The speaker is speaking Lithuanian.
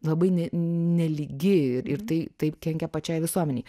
labai ne nelygi ir tai taip kenkia pačiai visuomenei